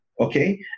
Okay